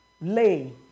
lay